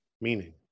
meaning